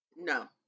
No